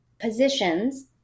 positions